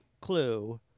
Clue